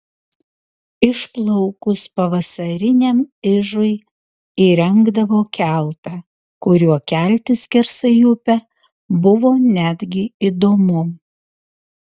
išplaukus pavasariniam ižui įrengdavo keltą kuriuo keltis skersai upę buvo netgi įdomu